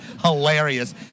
hilarious